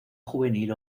juvenil